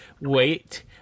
Wait